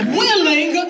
willing